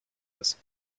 ist